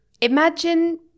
imagine